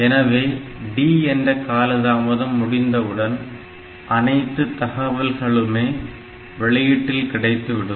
எனவே D என்ற காலதாமதம் முடிந்தவுடன் அனைத்து தகவல்களுமே வெளியீட்டில் கிடைத்துவிடும்